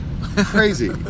crazy